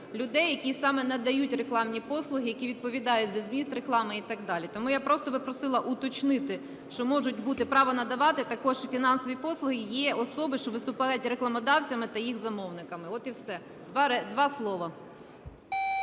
людей, які саме надають рекламні послуги, які відповідають за зміст реклами і так далі. Тому я просто би просила уточнити, що можуть бути, право надавати також і фінансові послуги, є особи, що виступають рекламодавцями та їх замовниками. От і все. Два слова.